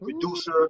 producer